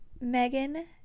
Megan